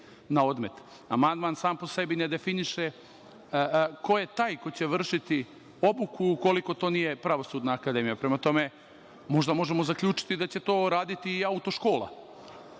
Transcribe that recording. na odmet. Amandman sam po sebi ne definiše ko je taj ko će vršiti obuku ukoliko to nije Pravosudna akademija. Prema tome, možda možemo zaključiti da će to raditi i auto